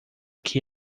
que